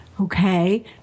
Okay